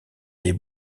des